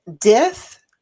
death